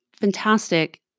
fantastic